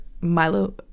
Milo